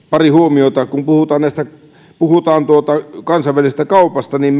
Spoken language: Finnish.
pari huomiota kun puhutaan kansainvälisestä kaupasta niin